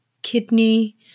Kidney